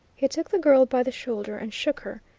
he took the girl by the shoulder and shook her.